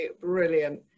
brilliant